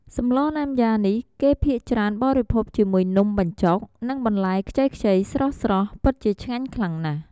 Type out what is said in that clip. សម្លរណាំយ៉ានេះ គេភាគច្រើនបរិភោគជាមួយនំបញ្ចុក និងបន្លែខ្ចីៗស្រស់ៗ ពិតជាឆ្ងាញ់ខ្លាំងណាស់។